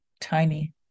tiny